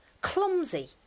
Clumsy